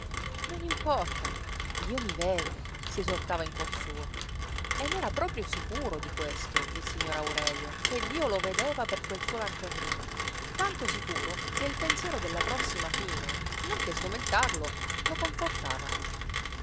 non importa dio mi vede si esortava in cuor suo e n'era proprio sicuro di questo il signor aurelio che dio lo vedeva per quel suo lanternino tanto sicuro che il pensiero della prossima fine non che sgomentarlo lo confortava